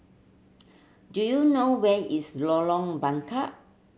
do you know where is Lorong Bengkok